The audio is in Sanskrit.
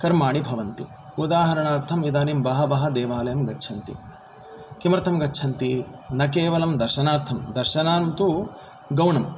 कर्माणि भवन्तु उदाहरणार्थम् इदानीं बहवः देवालयं गच्छन्ति किमर्थं गच्छन्ति न केवलं दर्शनार्थं दर्शनन्तु गौणं